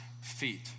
feet